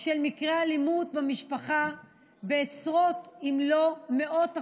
מקרי אלימות במשפחה בעשרות, אם לא במאות אחוזים.